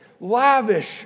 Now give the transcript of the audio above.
lavish